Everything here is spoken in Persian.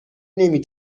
نمی